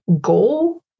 goal